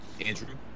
Andrew